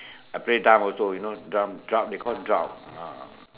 I play drum also you know drum drum they call drum ah